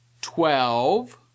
twelve